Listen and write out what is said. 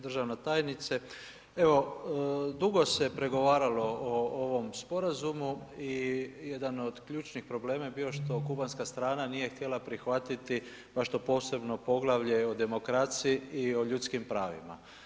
Državna tajnice, evo dugo se pregovaralo o ovom sporazumu i jedan od ključnih problema je bio što kubanska strana nije htjela prihvatiti baš to posebno poglavlje o demokraciji i o ljudskim pravima.